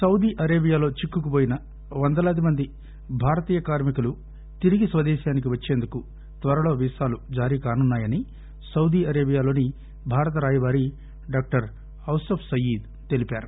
Saudi Arabia లో చిక్కుకుపోయిన వందలాది మంది భారతీయ కార్మికులు తిరిగి స్వదేశానికి వచ్చేందుకు త్వరలో ీసాలు జారీ కానున్నాయని సౌదీ అరేబియాలోని భారత రాయబారి డాక్టర్ ఔసఫ్ సయీద్ తెలిపారు